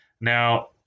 Now